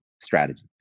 strategy